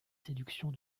séduction